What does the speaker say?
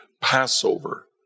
Passover